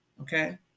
okay